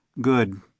Good